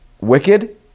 wicked